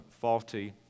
faulty